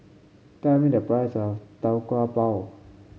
tell me the price of Tau Kwa Pau